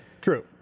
True